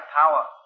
power